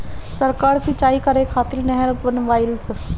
सरकार सिंचाई करे खातिर नहर बनवईलस